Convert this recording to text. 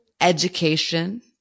education